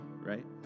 right